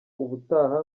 ubutaha